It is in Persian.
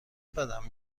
بدم